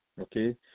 Okay